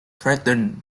threatened